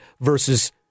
versus